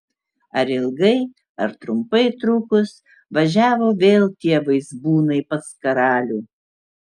ar ilgai ar trumpai trukus važiavo vėl tie vaizbūnai pas karalių